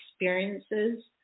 experiences